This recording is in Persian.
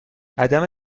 عدم